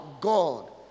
God